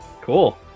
cool